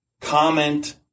comment